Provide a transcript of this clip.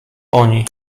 oni